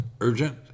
urgent